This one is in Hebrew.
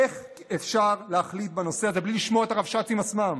איך אפשר להחליט בנושא הזה בלי לשמוע את הרבש"צים עצמם?